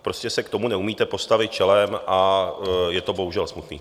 Prostě se k tomu neumíte postavit čelem a je to bohužel smutné.